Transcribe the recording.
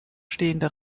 stehende